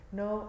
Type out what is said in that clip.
no